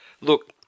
Look